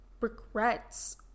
regrets